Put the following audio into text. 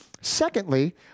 Secondly